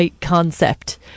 concept